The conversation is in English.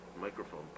Microphone